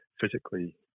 physically